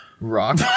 Rock